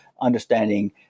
understanding